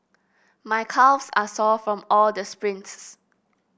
my calves are sore from all the sprints